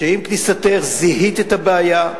שעם כניסתך זיהית את הבעיה,